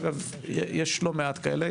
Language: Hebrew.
אגב יש לא מעט כאלה.